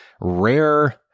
rare